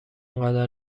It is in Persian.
اینقدر